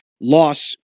loss